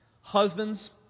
Husbands